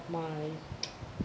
my